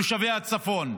תושבי הצפון,